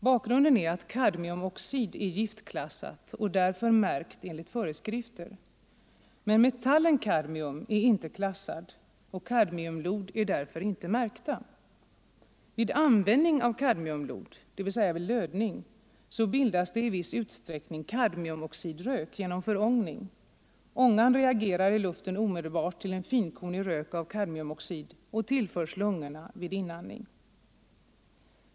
Bakgrunden är att kadmiumoxid är giftklassad och därför märkt enligt föreskrifter. Men metallen kadmium är inte giftklassad och kadmiumlod är därför inte märkta. Vid användning av kadmiumlod, dvs. vid lödning, bildas det i viss utsträckning kadmiumoxidrök genom förångning. Ångan reagerar i luften omedelbart till en finkornig rök av kadmiumoxid och tillförs lungorna vid inandning.